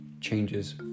changes